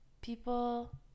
people